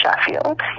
Sheffield